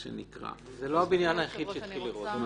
זה לא הבניין היחיד שהתחיל לרעוד.